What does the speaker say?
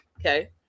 okay